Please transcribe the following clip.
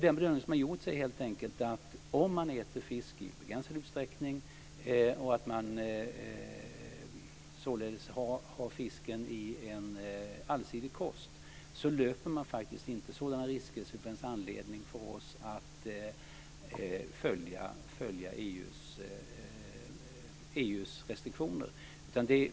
Den bedömning som har gjorts är helt enkelt att om man äter fisk i begränsad utsträckning och fisken således ingår i en allsidig kost, löper man faktiskt inte sådana risker att det finns anledning för oss att följa EU:s restriktioner.